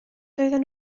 doedden